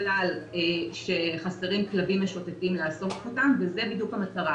בגלל שחסרים כלבים משוטטים לאסוף אותם וזה בדיוק המטרה,